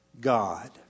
God